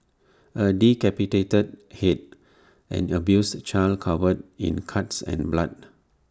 A decapitated Head an abused child covered in cuts and blood